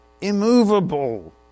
immovable